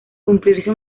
cumplirse